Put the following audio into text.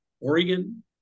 Oregon